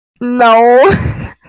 No